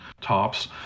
tops